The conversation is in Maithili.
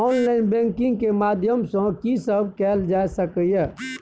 ऑनलाइन बैंकिंग के माध्यम सं की सब कैल जा सके ये?